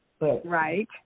Right